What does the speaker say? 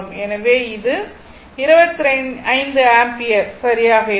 எனவே அது 25 ஆம்பியர் சரியாக இருக்கும்